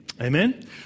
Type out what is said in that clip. Amen